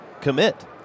commit